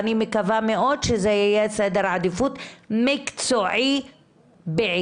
אני מקווה מאוד שזה יהיה סדר עדיפות מקצועי בעיקר.